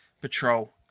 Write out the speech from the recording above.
patrol